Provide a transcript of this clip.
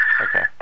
Okay